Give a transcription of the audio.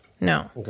no